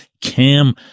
Cam